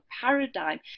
paradigm